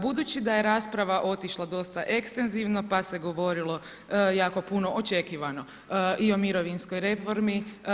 Budući da je rasprava otišla dosta ekstenzivno pa se govorilo jako puno očekivano i o mirovinskoj reformi.